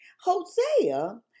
Hosea